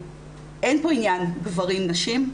שאין פה עניין של גברים או נשים,